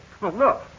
look